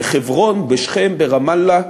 בחברון, בשכם, ברמאללה,